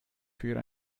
für